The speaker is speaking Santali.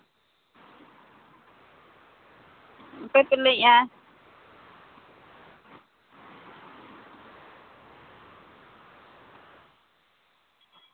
ᱚᱠᱚᱭ ᱯᱮ ᱞᱟᱹᱭᱮᱜᱼᱟ